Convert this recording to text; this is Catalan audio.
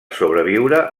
sobreviure